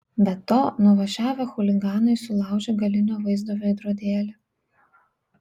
be to nuvažiavę chuliganai sulaužė galinio vaizdo veidrodėlį